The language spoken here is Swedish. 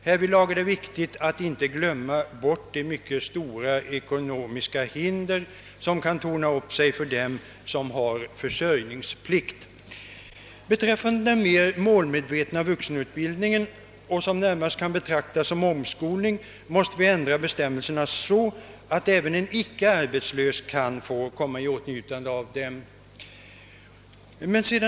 Härvidlag är det viktigt att inte glömma bort de mycket stora ekonomiska hinder som kan torna upp sig för dem som har försörjningsplikt. Beträffande den mera målmedvetna vuxenutbildningen, som närmast kan betraktas som omskolning, måste bestämmelserna ändras så att även en icke arbetslös kan komma i åtnjutande av utbildningen.